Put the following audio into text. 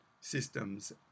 systems